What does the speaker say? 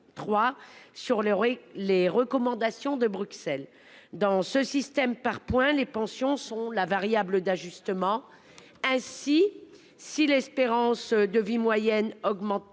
sur les recommandations de Bruxelles. Dans ce système par points, les pensions sont la variable d'ajustement. S'il s'avère que l'espérance de vie moyenne augmente